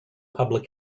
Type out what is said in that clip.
public